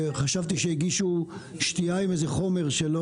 וחשבתי שהגישו שתייה עם איזה חומר,